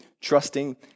trusting